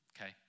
Okay